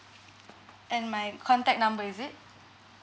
and my contact number is it